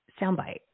soundbite